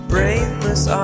Brainless